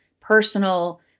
personal